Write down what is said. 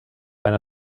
einer